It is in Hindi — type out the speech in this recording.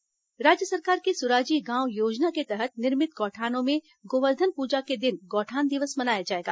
गौठान दिवस राज्य सरकार की सुराजी गांव योजना के तहत निर्मित गौठानों में गोवर्धन पूजा के दिन गौठान दिवस मनाया जाएगा